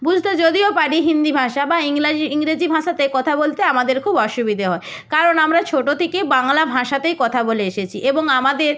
বুঝতে যদিও পারি হিন্দি ভাষা বা ইংলাজি ইংরেজি ভাষাতে কথা বলতে আমাদের খুব অসুবিধে হয় কারণ আমরা ছোটো থেকে বাংলা ভাষাতেই কথা বলে এসেছি এবং আমাদের